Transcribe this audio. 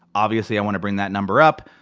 obviously i want to bring that number up,